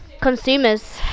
consumers